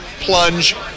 plunge